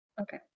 Okay